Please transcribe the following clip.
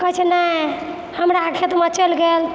तऽ कहै छै नहि हमरा खेत मे चलि गेल